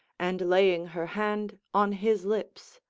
and laying her hand on his lips,